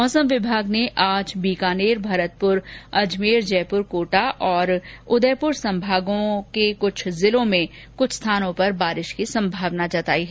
मौसम विभाग ने आज बीकानेर भरतपुर अजमेर जयपुर कोटा तथा उदयपुर संभागों के जिलों में कुछ स्थानों पर बारिश की संभावना जताई है